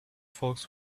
folks